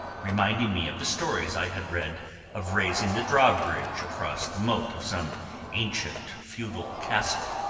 reminding me of the stories i had read of raising the drawbridge across the moat of some ancient feudal castle,